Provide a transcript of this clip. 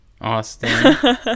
Austin